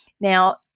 Now